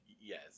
yes